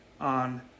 on